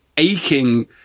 aching